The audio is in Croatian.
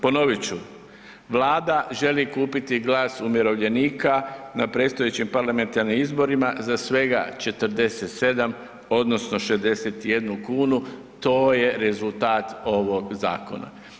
Ponovit ću, Vlada želi kupiti glas umirovljenika na predstojećim parlamentarnim izborima za svega 47 odnosno 61 kn, to je rezultat ovog zakona.